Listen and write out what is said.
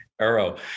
arrow